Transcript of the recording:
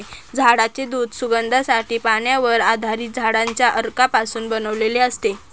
झाडांचे दूध सुगंधासाठी, पाण्यावर आधारित झाडांच्या अर्कापासून बनवलेले असते